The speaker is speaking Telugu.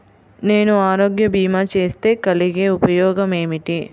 నేను ఆరోగ్య భీమా చేస్తే కలిగే ఉపయోగమేమిటీ?